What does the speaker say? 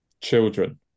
children